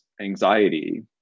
anxiety